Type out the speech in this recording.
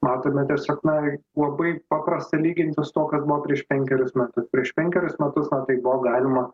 matome tiesiog na labai paprasta lyginti su tuo kas buvo prieš penkerius metus prieš penkerius metus o tai buvo galima